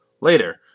Later